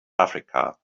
africa